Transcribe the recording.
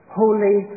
holy